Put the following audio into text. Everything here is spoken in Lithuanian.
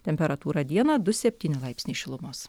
temperatūra dieną du septyni laipsniai šilumos